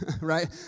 Right